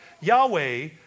Yahweh